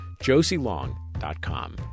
josielong.com